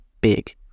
big